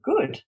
good